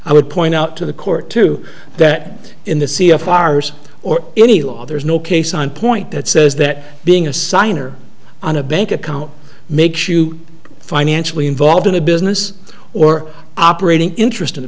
i would point out to the court to that in the sea of farmers or any law there is no case on point that says that being a sign or on a bank account makes you financially involved in a business or operating interest in